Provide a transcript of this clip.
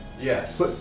Yes